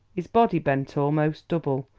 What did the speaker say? his body bent almost double,